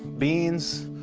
beans,